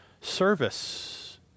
service